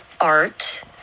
art